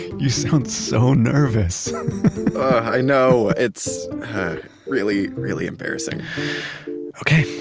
you sound so nervous i know. it's really, really embarrassing okay,